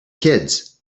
kids